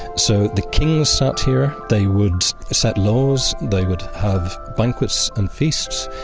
so the king sat here. they would set laws. they would have banquets and feasts.